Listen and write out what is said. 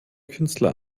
künstler